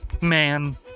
man